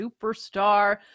superstar